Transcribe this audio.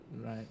Right